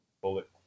Bullet